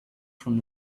from